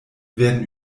werden